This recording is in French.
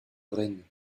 rennes